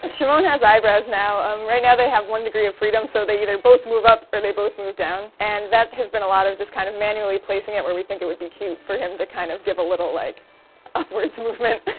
shimon has eyebrows now, um right now they have one degree of freedom. so they either both move up or they both move down, and that has been a lot of just kind of manually placing it where we think it would be cute for him to kind of give a little like of words movement.